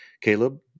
Caleb